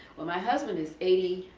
but my husband he's eighty,